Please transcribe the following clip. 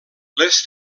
les